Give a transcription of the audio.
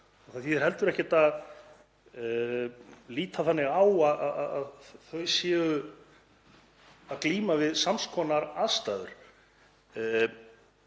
Það þýðir heldur ekkert að líta þannig á að þau séu að glíma við sams konar aðstæður.